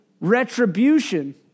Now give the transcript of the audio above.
retribution